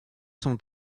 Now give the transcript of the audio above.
sont